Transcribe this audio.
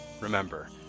remember